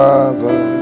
Father